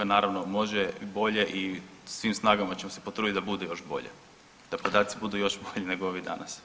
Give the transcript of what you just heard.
Naravno može i bolje i svim snagama ćemo se potruditi da bude još bolje, da podaci budu još bolji nego ovi danas.